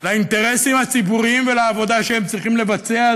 לאינטרסים הציבוריים ולעבודה שהם צריכים לבצע,